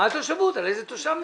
על איזה תושב מדובר?